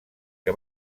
que